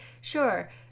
Sure